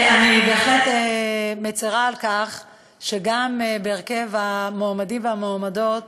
אני בהחלט מצרה על כך שגם בהרכב המועמדים והמועמדות